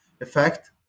effect